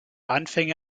anfänge